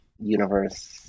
universe